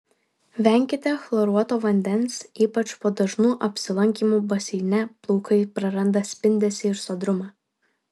venkite chloruoto vandens ypač po dažnų apsilankymų baseine plaukai praranda spindesį ir sodrumą